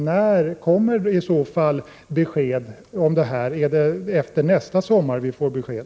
När kommer i så fall besked om detta? Eller är det efter nästa sommar som vi får besked?